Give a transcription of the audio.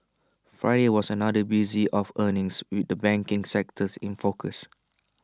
Friday was another busy day of earnings with the banking sectors in focus